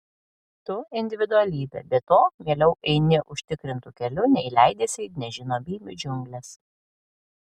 tu individualybė be to mieliau eini užtikrintu keliu nei leidiesi į nežinomybių džiungles